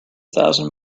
thousand